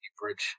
bridge